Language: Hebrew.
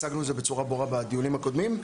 הצגנו את זה בצורה ברורה בדיונים הקודמים,